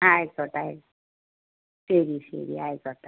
ആയിക്കോട്ടെ ആയ് ശരി ശരി ആയിക്കോട്ടെ